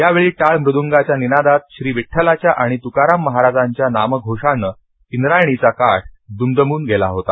यावेळी टाळ मुदंगाच्या निनादात श्री विद्रलाच्या आणि तुकाराम महाराजांच्या नामघोषानंदंद्रायणीचा काठ दुमदुमून गेला होता